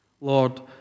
Lord